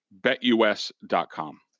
Betus.com